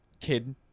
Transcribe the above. kid